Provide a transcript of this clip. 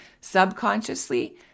subconsciously